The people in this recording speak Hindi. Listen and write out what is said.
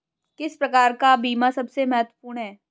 किस प्रकार का बीमा सबसे महत्वपूर्ण है?